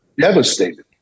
devastated